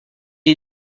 est